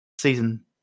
Season